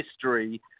history